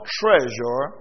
treasure